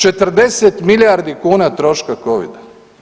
40 milijardi kuna troška Covida.